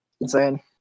Insane